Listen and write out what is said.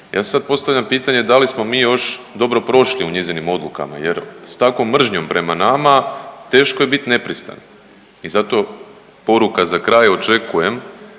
si sad postavljam pitanje da li smo mi još dobro prošli u njezinim odlukama, jer s takvom mržnjom prema nama teško je biti nepristran. I zato poruka za kraj očekujem